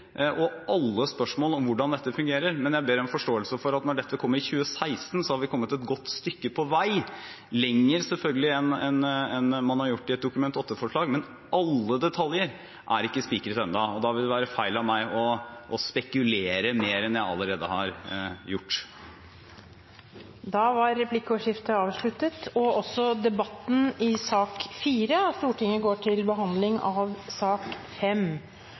på alle detaljer og alle spørsmål om hvordan dette fungerer, men jeg ber om forståelse for at når dette kommer i 2016, har vi kommet et godt stykke lenger på vei, selvfølgelig, enn man har gjort i forbindelse med et Dokument 8-forslag. Men alle detaljer er ikke spikret ennå, og da vil det være feil av meg å spekulere mer enn jeg allerede har gjort. Replikkordskiftet er omme. Flere har ikke bedt om ordet til sak nr. 4. Etter ønske fra kirke-, utdannings- og